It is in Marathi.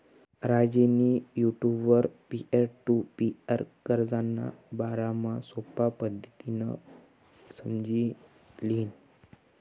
राजेंनी युटुबवर पीअर टु पीअर कर्जना बारामा सोपा पद्धतीनं समझी ल्हिनं